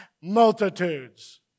Multitudes